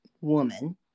woman